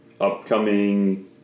upcoming